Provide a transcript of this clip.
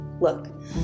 Look